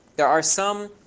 there are some